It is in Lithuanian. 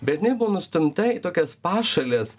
bet jinai buvo nustumta į tokias pašales